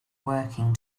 working